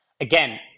again